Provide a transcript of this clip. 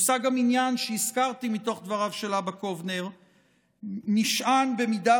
מושג המניין שהזכרתי מתוך דבריו של אבא קובנר נשען במידה